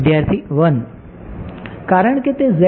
વિદ્યાર્થી 1